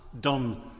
done